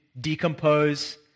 decompose